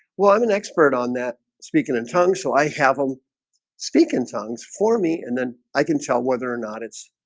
well, i'm an expert on that speaking in tongues so i have them ah speak in tongues for me and then i can tell whether or not it's